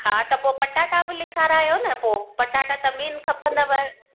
हा त पो पटाटा बि लिखाराइयो न पोइ पटाटा त मेन खपंदव